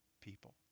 people